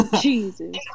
Jesus